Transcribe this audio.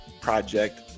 Project